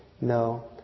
no